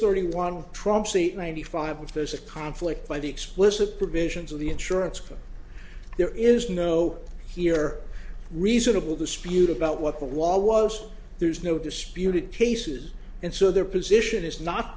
thirty one trumps the ninety five if there's a conflict by the explicit provisions of the insurance claim there is no here reasonable dispute about what the law was there's no disputed cases and so their position is not